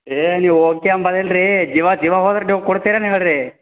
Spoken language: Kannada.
ಏಯ ನೀವು ಓಕೆ ಅಂಬದಲ್ಲ ರೀ ಜೀವ ಜೀವ ಹೋದ್ರೆ ನೀವು ಕೊಡ್ತೀರೇನು ಹೇಳಿರಿ